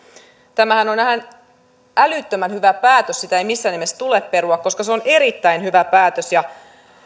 tämähän on älyttömän hyvä päätös sitä ei missään nimessä tule perua koska se on erittäin hyvä päätös